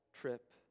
trip